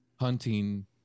hunting